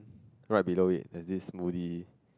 right below it there's this smoothie